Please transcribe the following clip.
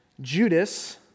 Judas